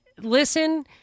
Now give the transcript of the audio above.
listen